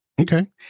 Okay